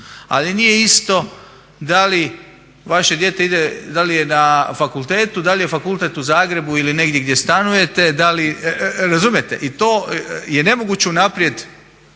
Ali nije isto da li vaše dijete ide, da li je na fakultetu, da li je fakultet u Zagrebu ili negdje gdje stanujete, da li, razumijete, i to je nemoguće unaprijed,